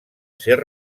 ser